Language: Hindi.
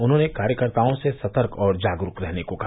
उन्होंने कार्यकर्ताओं से सतर्क और जागरूक रहने को कहा